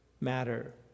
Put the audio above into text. matter